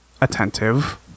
attentive